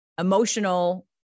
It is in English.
emotional